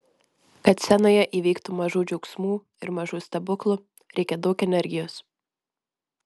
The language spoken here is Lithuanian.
kad scenoje įvyktų mažų džiaugsmų ir mažų stebuklų reikia daug energijos